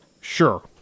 Sure